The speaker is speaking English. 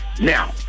Now